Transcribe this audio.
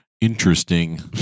Interesting